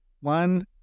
one